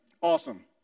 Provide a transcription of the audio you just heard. Awesome